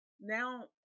now